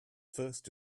first